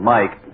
Mike